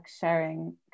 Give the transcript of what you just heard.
sharing